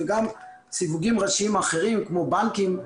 וגם סיווגים ראשיים אחרים כמו בנקים,